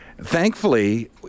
thankfully